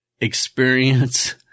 experience